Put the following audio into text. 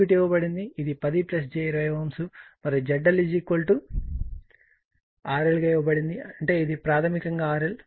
ఇది 10 j 20 Ω మరియు ZL RL గా ఇవ్వబడింది అంటే ఇది ప్రాథమికంగా RL